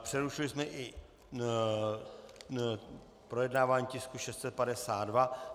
Přerušili jsme i projednávání tisku 652.